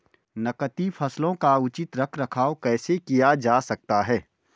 नकदी फसलों का उचित रख रखाव कैसे किया जा सकता है?